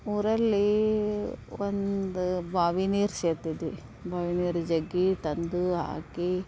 ಊಲ್ಲಿಒಂದು ಬಾವಿ ನೀರು ಸೇದ್ತಿದ್ವಿ ಬಾವಿ ನೀರು ಜಗ್ಗಿ ತಂದು ಹಾಕಿ